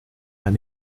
and